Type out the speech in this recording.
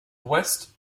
west